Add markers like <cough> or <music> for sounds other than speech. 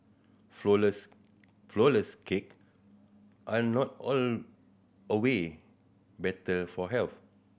flourless flourless cake are not <unintelligible> better for health